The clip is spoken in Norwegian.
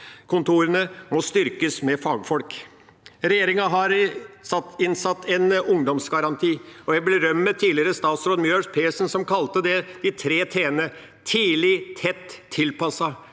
Navkontorene må styrkes med fagfolk. Regjeringa har innsatt en ungdomsgaranti. Jeg vil berømme tidligere statsråd Mjøs Persen, som kalte det de tre t-ene: tidlig, tett og tilpasset.